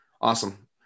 Awesome